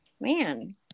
man